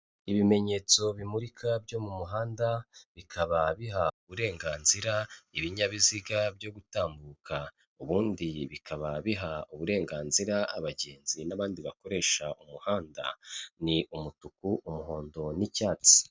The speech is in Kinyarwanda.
Ibimenyetso bimurika byo mu muhanda bikaba biha uburenganzira ibinyabiziga byo gutambuka, ubundi bikaba biha uburenganzira abagenzi n’abandi bakoresha umuhanda. Ni umutuku, umuhondo, n’icyatsi.